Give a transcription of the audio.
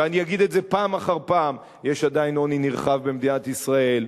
ואני אגיד את זה פעם אחר פעם: יש עדיין עוני נרחב במדינת ישראל.